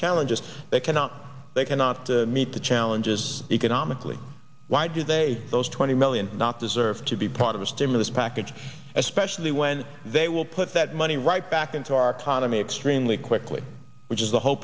challenges they cannot they cannot meet the challenges economically why do they those twenty million not deserve to be part of a stimulus package especially when they will put that money right back into our condo me extremely quickly which is the whole